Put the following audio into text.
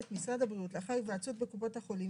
משרד הבריאות לאחר התייעצות בקופות החולים,